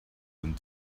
and